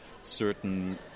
certain